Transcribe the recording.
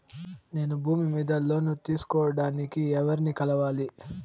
నేను భూమి మీద లోను తీసుకోడానికి ఎవర్ని కలవాలి?